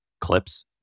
clips